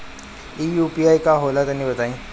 इ यू.पी.आई का होला तनि बताईं?